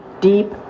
deep